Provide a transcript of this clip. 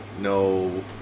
no